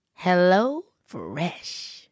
HelloFresh